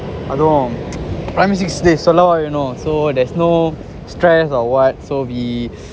I don't know primary six you know so there's no stress or what so we